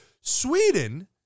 Sweden